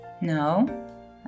No